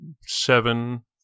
seven